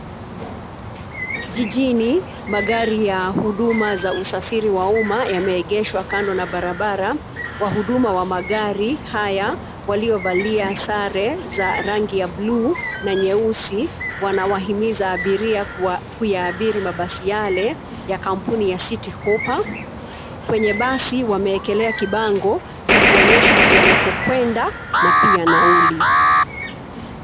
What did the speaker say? Jijini, magari ya huduma za usafiri wa umma yameegeshwa kando ya barabara. Wahuduma wa magari haya, waliovalia sare za rangi ya buluu na nyeusi, wanawahimiza abiria kuyaabiri mabasi yale ya kampuni ya Citi Hoppa. Kwenye basi, wameekelea kibango cha kuonyesha yanakokwenda na pia nauli.